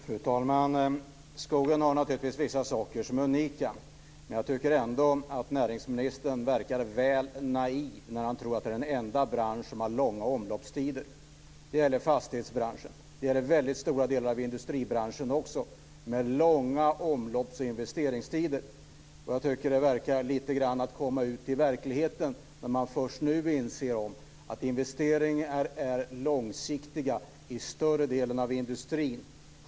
Fru talman! Skogen har naturligtvis vissa saker som är unika. Jag tycker ändå att näringsministern verkade väl naiv när han tror att det är den enda bransch som har långa omloppstider. Det gäller även fastighetsbranschen och väldigt stora delar av industribranschen som har långa omlopps och investeringstider. Det verkar lite grann som att komma ut till verkligheten när man nu inser att investeringar är långsiktiga i större delen av industrin.